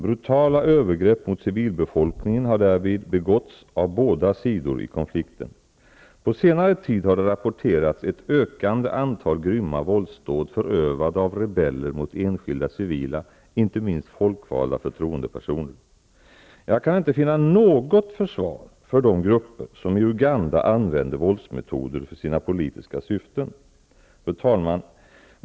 Brutala övergrepp mot civilbefolkningen har därvid begåtts av båda sidor i konflikten. På senare tid har det rapporterats ett ökande antal grymma våldsdåd förövade av rebeller mot enskilda civila, inte minst folkvalda förtroendepersoner. Jag kan inte finna något försvar för de grupper som i Uganda använder våldsmetoder för sina politiska syften. Fru talman!